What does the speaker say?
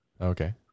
okay